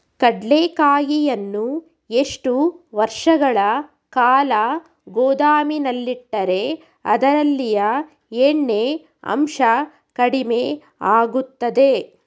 ಕಡ್ಲೆಕಾಯಿಯನ್ನು ಎಷ್ಟು ವರ್ಷಗಳ ಕಾಲ ಗೋದಾಮಿನಲ್ಲಿಟ್ಟರೆ ಅದರಲ್ಲಿಯ ಎಣ್ಣೆ ಅಂಶ ಕಡಿಮೆ ಆಗುತ್ತದೆ?